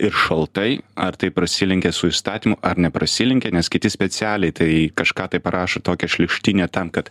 ir šaltai ar tai prasilenkia su įstatymu ar neprasilenkia nes kiti specialiai tai kažką tai parašo tokią šlykštynę tam kad